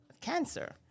cancer